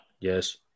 Yes